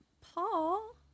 Paul